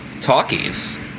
talkies